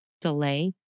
Delay